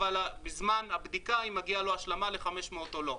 בזמן הבדיקה אם מגיעה לו השלמה ל-500 או לא.